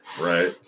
right